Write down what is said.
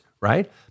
right